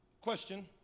question